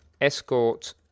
Escort